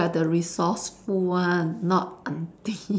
we are the resourceful one not aunty